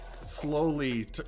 slowly